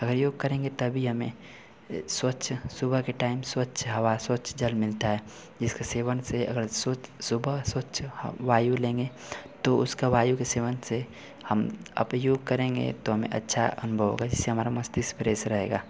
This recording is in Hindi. और योग करेंगे तभी हमें स्वच्छ सुबह के टाइम स्वच्छ हवा स्वच्छ जल मिलता है जिसके सेवन से अगर सुच्छ सुबह सुच्छ वायु लेंगे तो उसकी वायु के सेवन से हम अप योग करेंगे तो हमें अच्छा अनुभव होगा इससे हमारा मस्तिष्क फ्रेस रहेगा